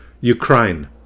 Ukraine